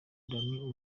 danny